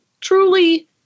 truly